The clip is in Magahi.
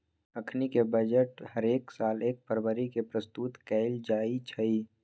अखनीके बजट हरेक साल एक फरवरी के प्रस्तुत कएल जाइ छइ